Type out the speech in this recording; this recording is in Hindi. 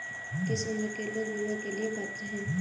किस उम्र के लोग बीमा के लिए पात्र हैं?